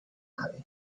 nave